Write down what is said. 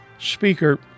Speaker